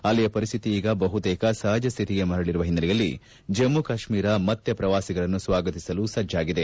ಅಲ್ಲಿಯ ಪರಿಶ್ಲಿತಿ ಈಗ ಬಹುತೇಕ ಸಹಜ ಶ್ಲಿಪಿಗೆ ಮರಳರುವ ಹಿನ್ನೆಲೆಯಲ್ಲಿ ಜಮ್ಮ ಕಾಶ್ನೀರ ಮತ್ತೆ ಪ್ರವಾಸಿಗರನ್ನು ಸ್ವಾಗತಿಸಲು ಸಜ್ಪಾಗಿದೆ